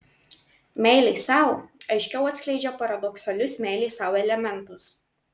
meilė sau aiškiau atskleidžia paradoksalius meilės sau elementus